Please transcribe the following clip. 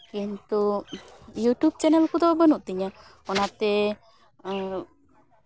ᱠᱤᱱᱛᱩ YouTube channel ᱠᱚᱫᱚ ᱵᱟᱹᱱᱩᱜ ᱛᱤᱧᱟᱹ ᱚᱱᱟᱛᱮ